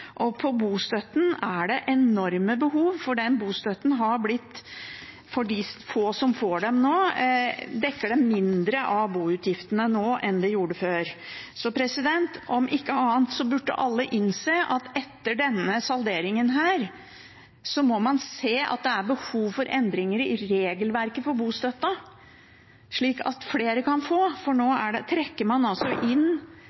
bostøtten, er det enorme behov, for bostøtten har blitt sånn at for de få som får den nå, dekker den mindre av boutgiftene enn den gjorde før. Om ikke annet burde alle etter denne salderingen innse at det er behov for endringer i regelverket for bostøtten slik at flere kan få, for nå trekker man altså inn